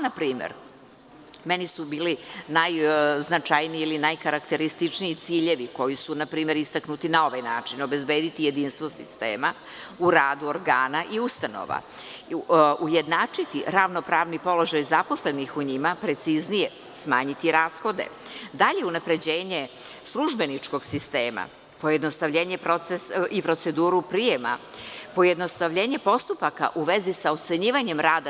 Na primer, meni su bili najkarakterističniji ciljevi koji su istaknuti na ovaj način: obezbediti jedinstvo sistema u radu organa i ustanova, ujednačiti ravnopravni položaj zaposlenih u njima, preciznije, smanjiti rashode, dalje, unapređenje službeničkog sistema, pojednostavljenje procedure prijema, pojednostavljenje postupaka u vezi sa ocenjivanjem rada.